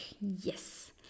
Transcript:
yes